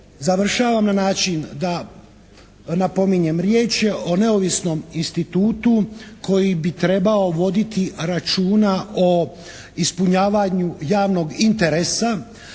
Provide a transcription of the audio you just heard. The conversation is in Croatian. završavam na način da napominjem, riječ je o neovisnom institutu koji bi trebao voditi računa o ispunjavanju javnog interesa,